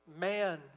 man